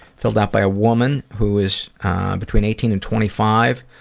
filled out by a woman who is between eighteen and twenty-five.